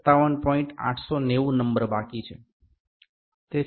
890 number બાકી છે